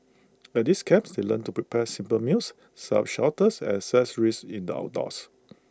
at these camps they learn to prepare simple meals set up shelters assess risks in the outdoors